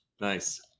Nice